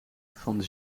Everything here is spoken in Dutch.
van